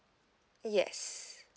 yes